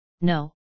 no